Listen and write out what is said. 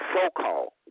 so-called